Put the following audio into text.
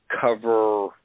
cover